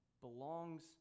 belongs